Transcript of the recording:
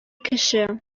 кеше